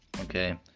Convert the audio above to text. Okay